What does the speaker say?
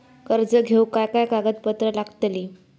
कर्ज घेऊक काय काय कागदपत्र लागतली?